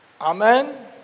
Amen